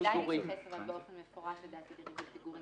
אבל כדאי להתייחס במפורש לריבית פיגורים